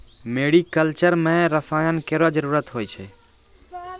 मेरी culture म रसायन केरो जरूरत होय छै